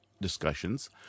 discussions